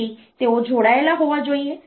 તેથી તેઓ જોડાયેલા હોવા જોઈએ